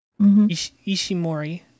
Ishimori